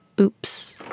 Oops